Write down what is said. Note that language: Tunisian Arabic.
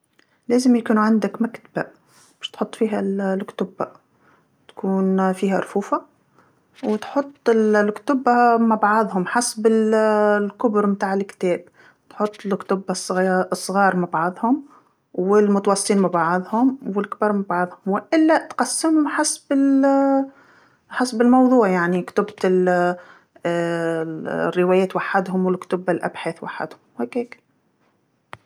لازم يكون عندك مكتبه، باش تحط فيها ال- الكتب، تكون فيها رفوفه، وتحط ال- الكتب مع بعضهم حسب ال- الكبر تاع الكتاب، تحط الكتب الصغا- الصغار مع بعضهم والمتوسطين مع بعضهم والكبار مع بعضهم وإلا تقسمهم حسب ال- حسب الموضوع يعني كتوبة ال- الروايات وحدهم والكتب الأبحاث وحدهم ، هكاك.